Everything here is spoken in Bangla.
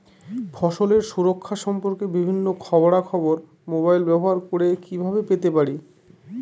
ফসলের সুরক্ষা সম্পর্কে বিভিন্ন খবরা খবর মোবাইল ব্যবহার করে কিভাবে পেতে পারি?